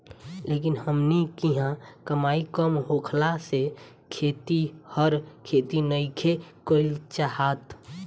लेकिन हमनी किहाँ कमाई कम होखला से खेतिहर खेती नइखे कईल चाहत